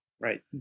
Right